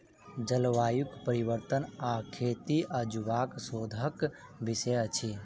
जलवायु परिवर्तन आ खेती आजुक शोधक विषय अछि